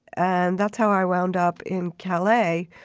and that's how i wound up in calais,